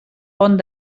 pont